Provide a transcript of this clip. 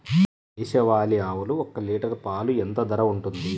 దేశవాలి ఆవులు ఒక్క లీటర్ పాలు ఎంత ధర ఉంటుంది?